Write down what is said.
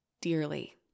dearly